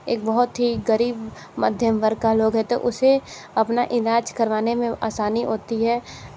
एक बहुत ही गरीब मध्यम वर्ग का लोग है तो उसे अपना इलाज़ करवाने में आसानी होती है